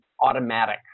automatic